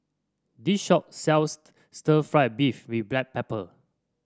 this shop sells Stir Fried Beef with Black Pepper